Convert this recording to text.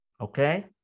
Okay